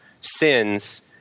sins